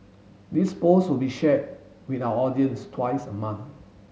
this post will be shared with our audience twice a month